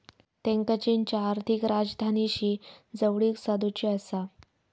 त्येंका चीनच्या आर्थिक राजधानीशी जवळीक साधुची आसा